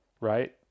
Right